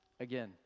Again